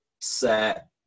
set